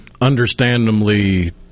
understandably